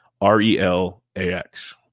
R-E-L-A-X